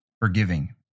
forgiving